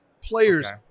players